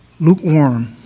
lukewarm